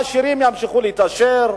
העשירים ימשיכו להתעשר.